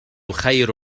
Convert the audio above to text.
خير